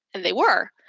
and they were.